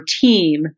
team